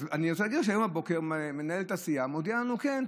אז אני רוצה להגיד שהבוקר מנהלת הסיעה הודיעה לנו: כן,